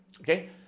Okay